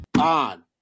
on